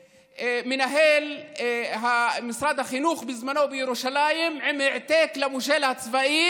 למנהל משרד החינוך בזמנו בירושלים עם העתק למושל הצבאי.